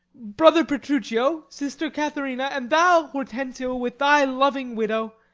brother petruchio, sister katherina, and thou, hortensio, with thy loving widow,